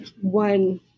one